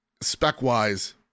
spec-wise